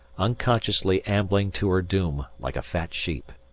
unconsciously ambling to her doom like a fat sheep.